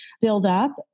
buildup